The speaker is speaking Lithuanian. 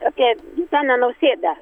apie gitaną nausėdą